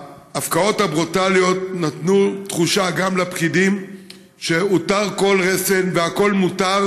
ההפקעות הברוטליות נתנו תחושה גם לפקידים שהותר כל רסן והכול מותר,